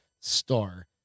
star